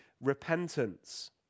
repentance